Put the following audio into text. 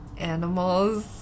Animals